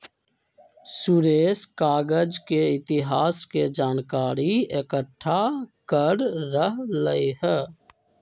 सुरेश कागज के इतिहास के जनकारी एकट्ठा कर रहलई ह